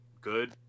good